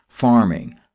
farming